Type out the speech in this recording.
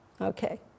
Okay